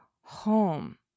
home